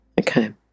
Okay